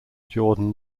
jordan